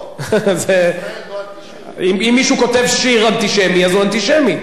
אם מישהו כותב שיר אנטישמי אז הוא אנטישמי.